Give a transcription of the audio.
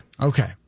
Okay